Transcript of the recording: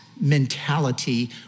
mentality